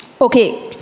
Okay